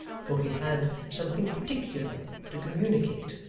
for he had something particular to communicate.